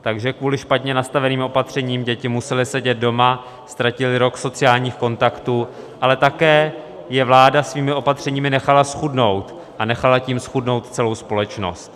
Takže kvůli špatně nastaveným opatřením děti musely sedět doma, ztratily rok sociálních kontaktů, ale také je vláda svými opatřeními nechala zchudnout, a nechala tím zchudnout celou společnost.